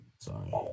Sorry